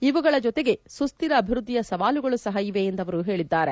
ಇವುಗಳ ಜೊತೆಗೆ ಸುಸ್ದಿರ ಅಭಿವೃದ್ದಿಯ ಸವಾಲುಗಳು ಸಹ ಇವೆ ಎಂದು ಅವರು ಹೇಳಿದ್ದಾರೆ